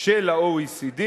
של ה-OECD,